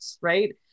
right